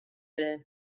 ere